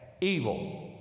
evil